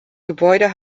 gebäude